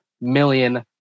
million